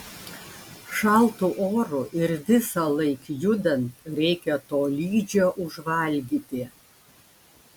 šaltu oru ir visąlaik judant reikia tolydžio užvalgyti